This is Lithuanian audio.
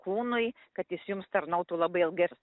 kūnui kad jis jums tarnautų labai ilgai ir